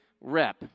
rep